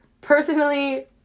Personally